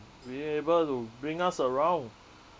be able to bring us around